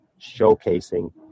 showcasing